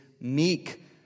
meek